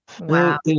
Wow